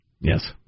Yes